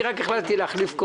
אני רק החלטתי להחליף כובע.